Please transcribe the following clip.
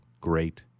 Great